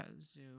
zoo